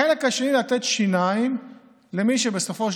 החלק השני הוא לתת שיניים למי שבסופו של